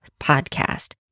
podcast